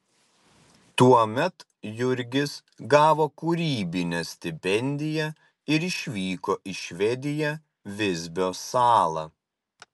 tuomet jurgis gavo kūrybinę stipendiją ir išvyko į švediją visbio salą